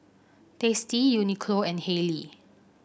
Tasty Uniqlo and Haylee